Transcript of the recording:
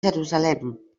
jerusalem